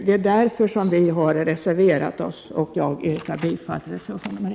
Det är därför som vi har reserverat oss, och jag yrkar bifall till reservation 1.